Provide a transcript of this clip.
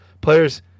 players